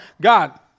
God